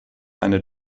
eine